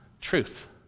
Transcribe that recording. Truth